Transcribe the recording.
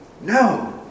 No